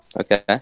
Okay